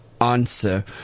Answer